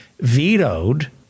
vetoed